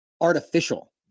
artificial